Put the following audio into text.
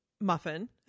muffin